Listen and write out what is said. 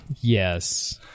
Yes